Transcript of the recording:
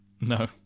No